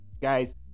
guys